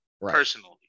personally